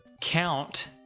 count